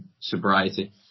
sobriety